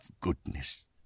goodness